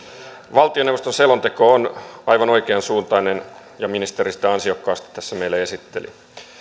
valtioneuvoston selonteko on aivan oikeansuuntainen ja ministeri sitä ansiokkaasti tässä meille esitteli